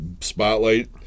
spotlight